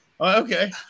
okay